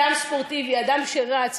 אדם ספורטיבי, אדם שרץ,